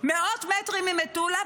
מאות מטרים ממטולה.